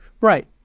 Right